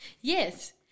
Yes